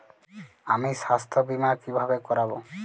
আমি স্বাস্থ্য বিমা কিভাবে করাব?